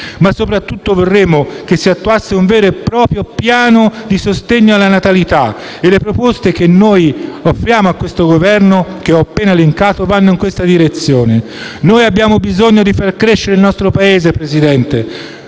Ma soprattutto vorremmo che si attuasse un vero e proprio piano di sostegno alla natalità e le proposte che noi offriamo a questo Governo e che ho appena elencato vanno in questa direzione. Noi abbiamo bisogno di far crescere il nostro Paese, la nostra